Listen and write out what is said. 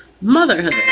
motherhood